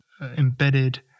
embedded